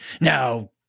now